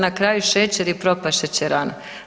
Na kraju šećer i propast šećerana.